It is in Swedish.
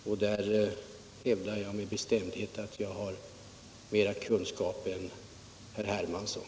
Och jag hävdar med bestämdhet att jag har mera kunskaper där än herr Hermansson.